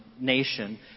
nation